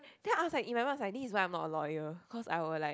then I was like in my mind I was like this is why I am not a lawyer cause I will like